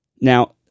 Now